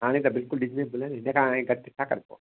हाणे त बिल्कुलु रीजिनेबल आहे न न हाणे घटि न करिबो